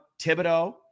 Thibodeau